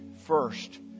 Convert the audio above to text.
First